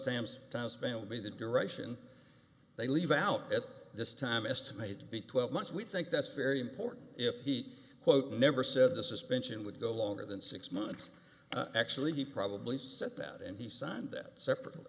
dams timespan will be the direction they leave out at this time estimated to be twelve months we think that's very important if he quote never said the suspension would go longer than six months actually he probably said that and he signed that separately